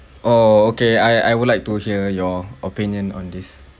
oh okay I I would like to hear your opinion on this